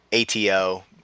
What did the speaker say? ATO